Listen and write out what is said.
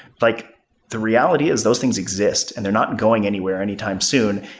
like the reality is those things exist and they're not going anywhere anytime soon.